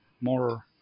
more